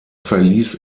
verließ